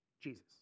Jesus